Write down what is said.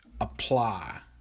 apply